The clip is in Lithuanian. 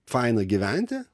fainą gyventi